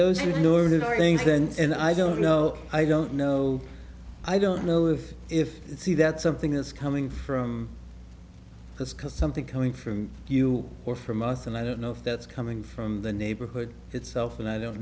ordinary things and i don't know i don't know i don't know if if it's see that something is coming from just because something coming from you or from us and i don't know if that's coming from the neighborhood itself and i don't